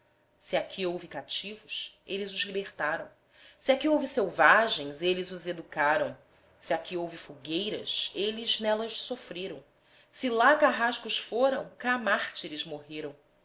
se aqui houve cativos eles os libertaram se aqui houve selvagens eles os educaram se aqui houve fogueiras eles nelas sofreram se lá carrascos foram cá mártires morreram